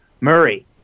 Murray